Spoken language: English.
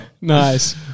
Nice